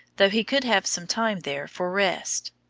though he could have some time there for rest.